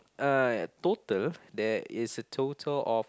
uh total there is a total of